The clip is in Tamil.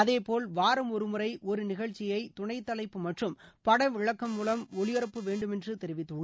அதேபோல் வாரம் ஒருமுறை ஒரு நிகழ்ச்சியை துணை தலைப்பு மற்றும் படவிளக்கம் முலம் ஒளிபரப்ப வேண்டுமென்று தெரிவித்துள்ளார்